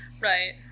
Right